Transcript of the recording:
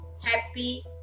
happy